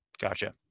Gotcha